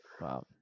wow